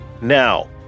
Now